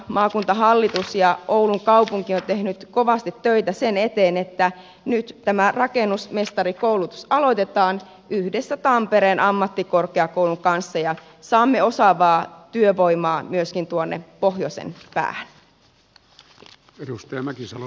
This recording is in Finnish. maakuntahallitus ja oulun kaupunki ovat tehneet kovasti töitä sen eteen että nyt tämä rakennusmestarikoulutus aloitetaan yhdessä tampereen ammattikorkeakoulun kanssa ja saamme osaavaa työvoimaa myöskin tuonne pohjoisen päähän